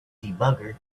debugger